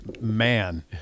man